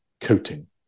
coating